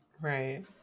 Right